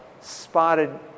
spotted